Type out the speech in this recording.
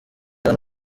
hano